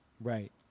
Right